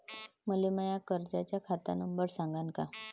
मले माया कर्जाचा खात नंबर सांगान का?